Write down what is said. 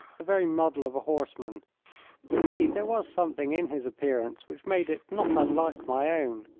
the very model of a horseman indeed, there was something in his appearance which made it not unlike my own.